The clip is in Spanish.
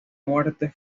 muerte